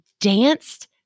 danced